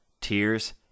tears